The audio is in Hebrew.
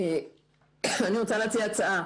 אני רוצה להציע הצעה